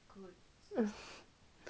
jessie